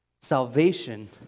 salvation